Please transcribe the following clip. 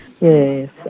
Yes